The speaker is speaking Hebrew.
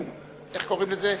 איך קוראים לזה?